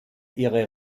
ihre